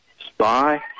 spy